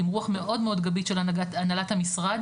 עם רוח מאוד מאוד גבית של הנהלת המשרד